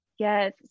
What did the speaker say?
Yes